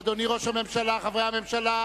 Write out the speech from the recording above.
אדוני ראש הממשלה, חברי הממשלה,